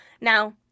Now